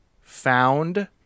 found